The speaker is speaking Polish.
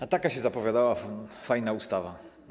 A taka się zapowiadała fajna ustawa.